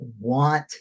want